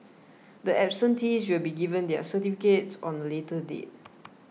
the absentees will be given their certificates on a later date